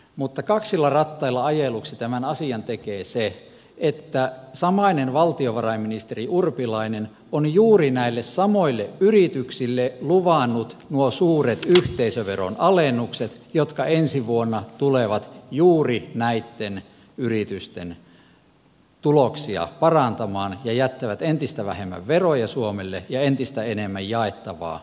mutta kaksilla rattailla ajeluksi tämän asian tekee se että samainen valtiovarainministeri urpilainen on juuri näille samoille yrityksille luvannut nuo suuret yhteisöveron alennukset jotka ensi vuonna tulevat juuri näitten yritysten tuloksia parantamaan ja jättävät entistä vähemmän veroja suomelle ja entistä enemmän jaettavaa osinkoina